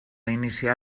iniciar